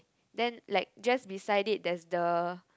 then like just beside it there's the